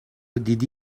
دیدی